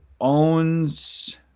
owns